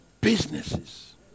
businesses